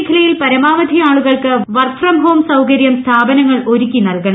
മേഖലയിൽ പരമാവധി ആളുകൾക്ക് വർക്ക് ഫ്രം ഫോം സൌകര്യം സ്ഥാപനങ്ങൾ ഒരുക്കി നൽകണം